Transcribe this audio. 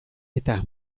eta